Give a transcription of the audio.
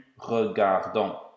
regardons